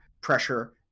pressure